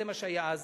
זה מה שהיה אז